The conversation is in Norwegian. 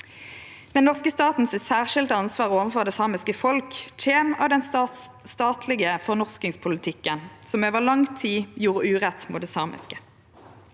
Den norske staten sitt særskilde ansvar overfor det samiske folk kjem av den statlege fornorskingspolitikken, som over lang tid gjorde urett mot det samiske.